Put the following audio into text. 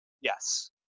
Yes